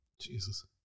Jesus